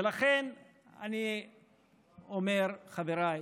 ולכן אני אומר, חבריי,